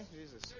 Jesus